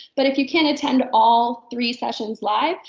but if you can't attend all three sessions live,